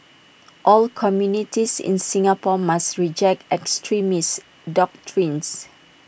all communities in Singapore must reject extremist doctrines